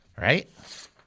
Right